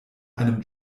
einem